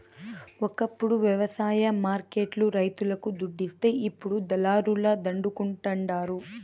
ఒకప్పుడు వ్యవసాయ మార్కెట్ లు రైతులకు దుడ్డిస్తే ఇప్పుడు దళారుల దండుకుంటండారు